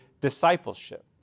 discipleship